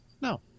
No